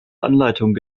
anleitung